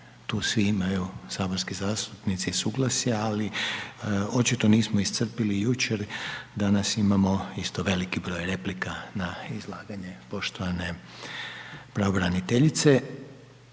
tu svi imaju, saborski zastupnici suglasja ali očito nismo iscrpili jučer, danas imamo isto veliki broj replika na izlaganje poštovane pravobraniteljice,